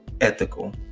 ethical